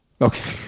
Okay